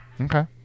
Okay